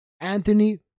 anthony